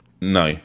No